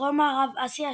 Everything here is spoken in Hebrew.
בדרום-מערב אסיה,